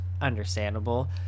understandable